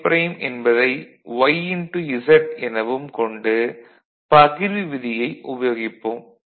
y' என்பதை எனவும் கொண்டு பகிர்வு விதியை உபயோகிப்போம்